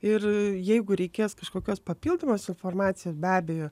ir jeigu reikės kažkokios papildomos informacijos be abejo